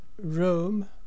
Rome